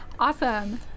Awesome